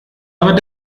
aber